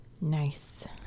Nice